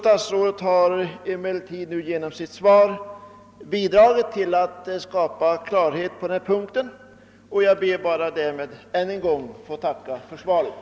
Statsrådet har nu genom sitt svar bidragit till att skapa klarhet på denna punkt och jag ber att ännu en gång få tacka för svaret.